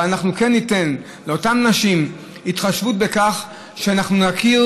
אבל אנחנו כן ניתן לאותן נשים התחשבות בכך שאנחנו נכיר